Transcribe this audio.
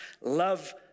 love